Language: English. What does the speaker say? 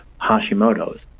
Hashimoto's